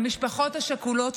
המשפחות השכולות,